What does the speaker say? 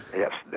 yes.